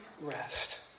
rest